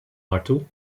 naartoe